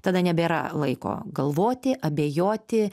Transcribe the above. tada nebėra laiko galvoti abejoti